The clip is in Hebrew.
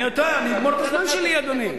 אני יודע, אני אגמור את הזמן שלי, אדוני.